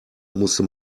musste